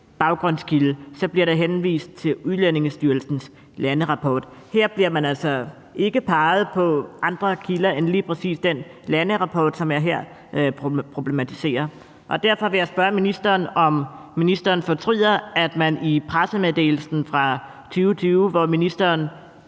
baggrundskilde bliver der henvist til Udlændingestyrelsens landerapport. Her bliver der altså ikke peget på andre kilder end lige præcis den landerapport, som jeg her problematiserer. Derfor vil jeg spørge ministeren, om ministeren i forhold til pressemeddelelsen fra 2020, hvor ministeren